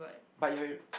but you had